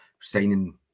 signing